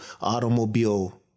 automobile